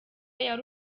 yari